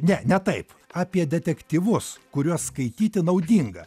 ne ne taip apie detektyvus kuriuos skaityti naudinga